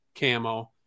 camo